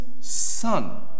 son